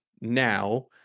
now